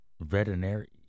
veterinary